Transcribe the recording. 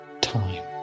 time